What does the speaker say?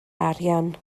arian